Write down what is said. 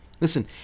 Listen